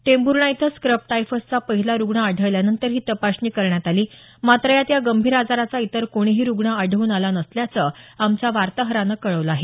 टेंभूर्णा इथं स्क्रब टायफसचा पहिला रुग्ण आढळल्यानंतर ही तपासणी करण्यात आली मात्र यात या गंभीर आजाराचा इतर कोणीही रुग्ण आढळ्रन आला नसल्याचं आमच्या वार्ताहरानं कळवलं आहे